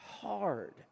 hard